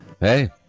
hey